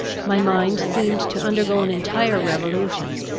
my mind seemed to undergo an entire revolution.